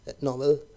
Novel